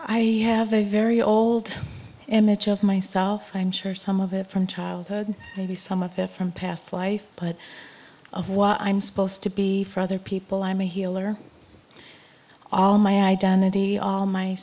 i have a very old image of myself i'm sure some of it from childhood maybe some of their from past life but of what i'm supposed to be for other people i'm a healer all my identity all my